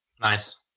Nice